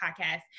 podcast